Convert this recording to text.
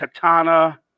Katana